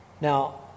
Now